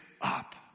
up